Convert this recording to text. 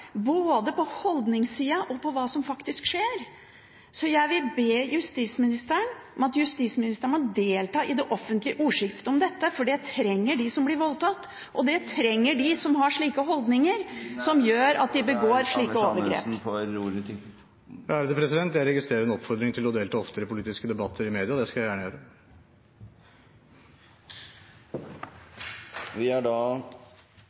både på holdningssiden og når det gjelder hva som faktisk skjer. Jeg vil be justisministeren om å delta i det offentlige ordskiftet om dette. Det trenger de som blir voldtatt. Det trenger de som har holdninger som gjør at de begår slike overgrep. Jeg registrerer en oppfordring om å delta oftere i politiske debatter i media. Det skal jeg gjerne gjøre. Vi er da